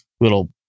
little